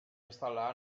instal·lar